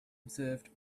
observed